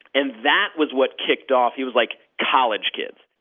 and that was what kicked off he was like, college kids.